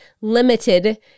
limited